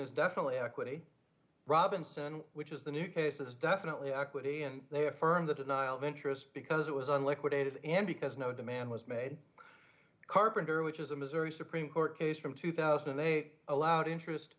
is definitely equity robinson which is the new cases definitely equity and they affirm the denial of interest because it was on liquidated and because no demand was made carpenter which is a missouri supreme court case from two thousand and eight allowed interest